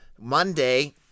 Monday